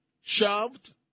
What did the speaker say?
shoved